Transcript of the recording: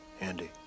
Andy